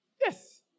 yes